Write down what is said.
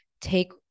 take